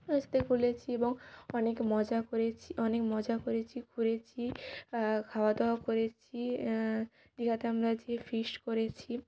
ওদের সাথে খুলেছি এবং অনেক মজা করেছি অনেক মজা করেছি ঘুরেছি খাওয়া দাওয়া করেছি দীঘাতে আমরা যেয়ে ফিস্ট করেছি